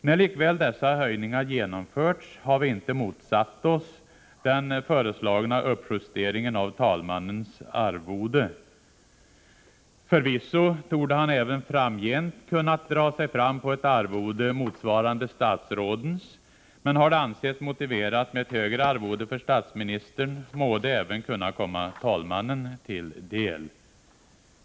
När dessa höjningar likväl har genomförts, har vi inte motsatt oss den föreslagna uppjusteringen av talmannens arvode. Förvisso torde han även framgent kunna ”dra sig fram” på ett arvode motsvarande statsrådens, men har det ansetts motiverat med ett högre arvode för statsministern må det även komma talmannen till del.